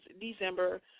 December